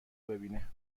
ببینه